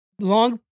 Long